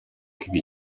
kwiga